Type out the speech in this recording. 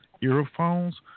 earphones